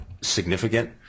significant